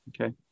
Okay